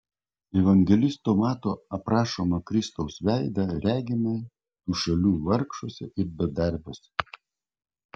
evangelisto mato aprašomą kristaus veidą regime tų šalių vargšuose ir bedarbiuose